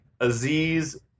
Aziz